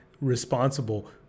responsible